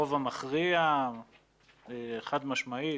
הרוב המכריע חד משמעית,